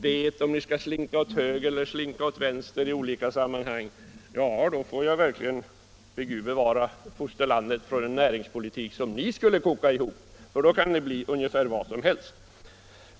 vet om ni skall slinka åt höger eller vänster i olika sammanhang, då får jag verkligen be Gud bevara fosterlandet från en näringspolitik som ni skulle koka ihop, för då kan det bli ungefär vad som helst.